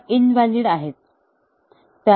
त्या इनव्हॅलिड आहेत